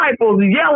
yelling